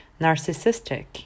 Narcissistic